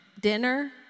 dinner